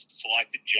selected